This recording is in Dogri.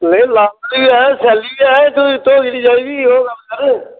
नेईं लाल बी ऐ सैल्ली बी ऐ तुसें केह्ड़ी चाहिदी ओह् गल्ल कर